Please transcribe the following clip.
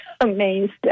amazed